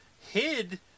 Hid